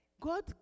God